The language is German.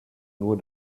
nur